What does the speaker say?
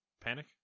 panic